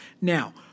Now